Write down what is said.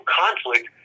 conflict